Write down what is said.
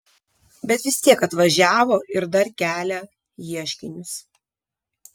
bet vis tiek atvažiavo ir dar kelia ieškinius